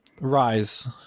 Rise